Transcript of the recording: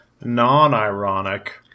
non-ironic